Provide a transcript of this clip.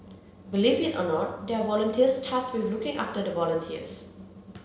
believe it or not there are volunteers tasked with looking after the volunteers